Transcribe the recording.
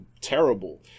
terrible